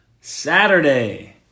Saturday